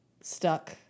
stuck